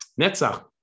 Netzach